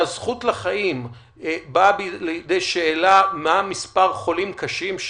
שהזכות לחיים באה לידי שאלה מה מספר החולים הקשים?